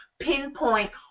pinpoint